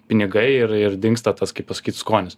pinigai ir ir dingsta tas kaip pasakyt skonis